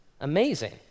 Amazing